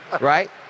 Right